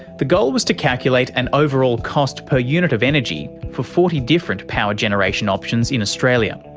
the goal was to calculate an overall cost per unit of energy for forty different power generation options in australia.